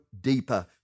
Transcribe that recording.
deeper